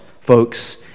folks